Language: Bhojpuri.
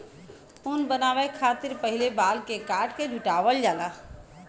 ऊन बनावे खतिर पहिले बाल के काट के जुटावल जाला